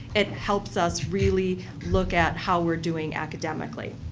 it helps us really look at how we're doing academically.